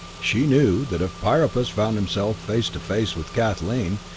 she knew that if priapus found himself face to face with kathleen,